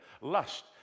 lust